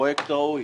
פרויקט ראוי.